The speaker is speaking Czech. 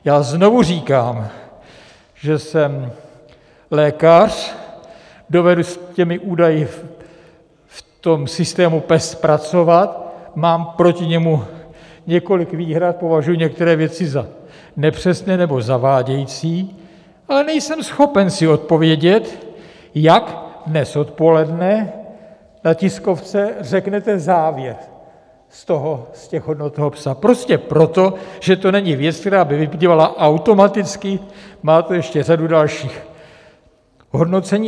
Já znovu říkám, že jsem lékař, dovedu s těmi údaji v tom systému PES pracovat, mám proti němu několik výhrad, považuji některé věci za nepřesné nebo zavádějící, ale nejsem schopen si odpovědět, jak dnes odpoledne na tiskovce řeknete ten závěr z toho, z těch hodnot toho PES, prostě proto, že to není věc, která by vyplývala automaticky, má to ještě řadu dalších hodnocení.